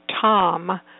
Tom